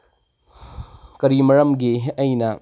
ꯀꯔꯤ ꯃꯔꯝꯒꯤ ꯑꯩꯅ